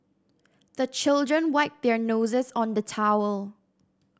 the children wipe their noses on the towel